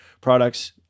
products